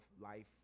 life